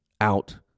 out